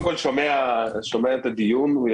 שומע את הדיון.